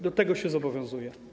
Do tego się zobowiązuję.